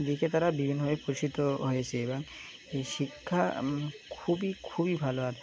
দিকে তারা বিভিন্নভাবে প্রোষিত হয়েছে এবং এই শিক্ষা খুবই খুবই ভালো আ